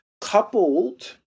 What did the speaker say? coupled